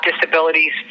disabilities